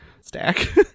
stack